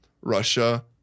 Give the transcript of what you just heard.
Russia